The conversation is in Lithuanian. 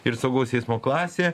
ir saugaus eismo klasė